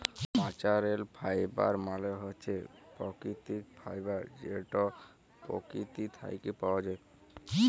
ল্যাচারেল ফাইবার মালে হছে পাকিতিক ফাইবার যেট পকিতি থ্যাইকে পাউয়া যায়